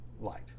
Light